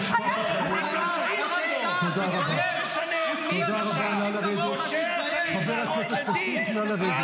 ואנחנו נעשה הכול כדי להפסיק אותו על אפם